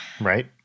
Right